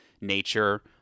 nature